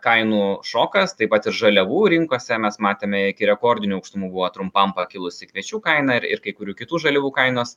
kainų šokas taip pat ir žaliavų rinkose mes matėme iki rekordinių aukštumų buvo trumpam pakilusi kviečių kaina ir ir kai kurių kitų žaliavų kainos